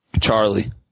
Charlie